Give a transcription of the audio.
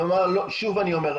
שוב אני אומר,